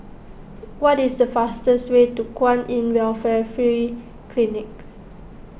what is the fastest way to Kwan in Welfare Free Clinic